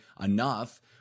enough